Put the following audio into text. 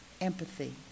empathy